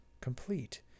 complete